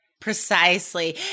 Precisely